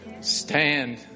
Stand